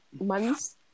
months